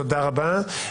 תודה רבה.